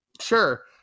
Sure